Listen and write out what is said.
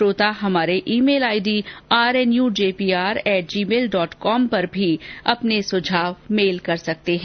श्रोता हमारे email ID RNU JPR at Gmail dot com पर भी अपने सुझाव मेल कर सकते है